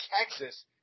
Texas